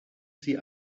sie